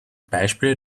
beispiele